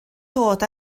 dod